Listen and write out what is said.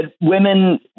women